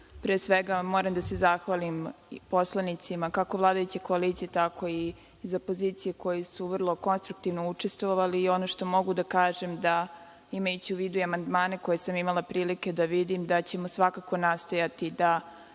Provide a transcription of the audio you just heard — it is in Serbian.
pre svega, moram da se zahvalim poslanicima kako vladajuće koalicije, tako i iz opozicije, koji su vrlo konstruktivno učestvovali. Ono što mogu da kažem da, imajući u vidu i amandmane koje sam imala prilike da vidim, da ćemo svakako nastojati da